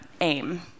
AIM